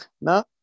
No